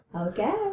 Okay